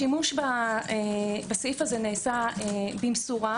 השימוש בסעיף זה נעשה במסורה.